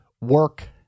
work